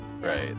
right